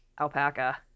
Alpaca